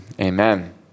amen